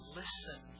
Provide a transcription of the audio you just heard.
listen